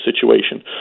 situation